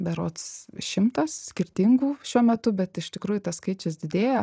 berods šimtas skirtingų šiuo metu bet iš tikrųjų tas skaičius didėja